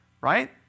right